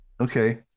Okay